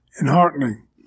enheartening